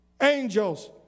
angels